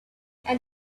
and